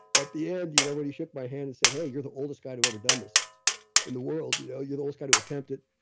at the end you know when he shook my hand and said, hey, you're the oldest guy to ever done this in the world. you know you're the oldest guy to attempt it,